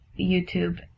YouTube